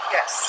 Yes